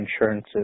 insurances